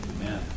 Amen